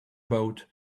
boat